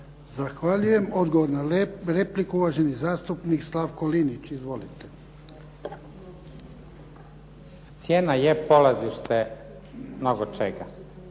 Zahvaljujem. Odgovor na repliku uvaženi zastupnik Slavko Linić. **Linić, Slavko (SDP)** Cijena je polazište mnogo čega.